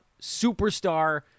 superstar